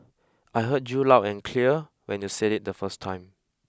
I heard you loud and clear when you said it the first time